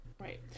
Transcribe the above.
Right